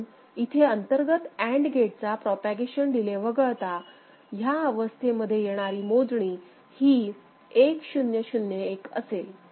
म्हणून इथे अंतर्गत AND गेटचा प्रोपॅगेशन डिले वगळता ह्या अवस्थेमध्ये येणारी मोजणी ही 1001 असेल